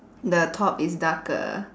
the top is darker